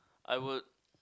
I would